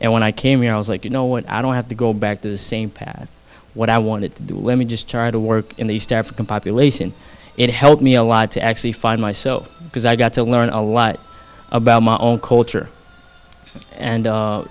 and when i came here i was like you know what i don't have to go back to the same path what i wanted to let me just try to work in the east african population it helped me a lot to actually find myself because i got to learn a lot about my own culture and